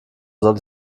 soll